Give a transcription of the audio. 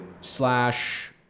Slash